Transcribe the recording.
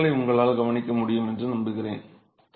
இந்த விரிசல்களை உங்களால் கவனிக்க முடியும் என்று நம்புகிறேன்